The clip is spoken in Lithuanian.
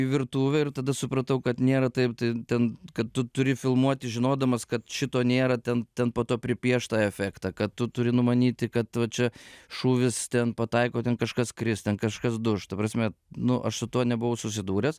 į virtuvę ir tada supratau kad nėra taip tai ten kad tu turi filmuoti žinodamas kad šito nėra ten ten po to pripieš tą efektą kad tu turi numanyti kad va čia šūvis ten pataiko ten kažkas kris ten kažkas duš ta prasme nu aš su tuo nebuvau susidūręs